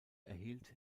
erhielt